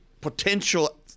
potential